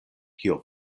kio